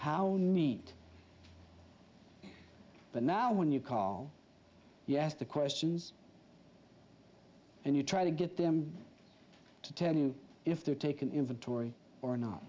how neat but now when you call yes the questions and you try to get them to tell you if they're taken inventory or not